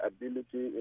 Ability